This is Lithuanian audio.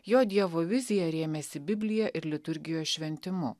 jo dievo vizija rėmėsi biblija ir liturgijos šventimu